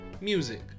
Music